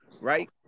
right